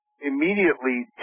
immediately